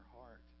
heart